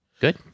Good